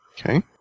Okay